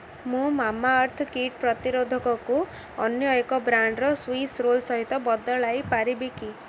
ମୁଁ Mamaearth କୀଟ ପ୍ରତିରୋଧକକୁ ଅନ୍ୟ ଏକ ବ୍ରାଣ୍ଡର ସ୍ୱିସ୍ ରୋଲ୍ ସହିତ ବଦଳାଇ ପାରିବି କି